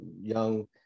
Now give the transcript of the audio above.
young